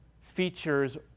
features